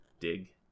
dig